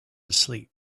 asleep